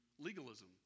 legalism